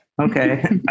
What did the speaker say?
Okay